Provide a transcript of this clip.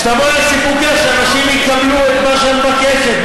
שתבואי על סיפוקך, שאנשים יקבלו את מה שאת מבקשת.